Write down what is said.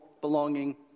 belonging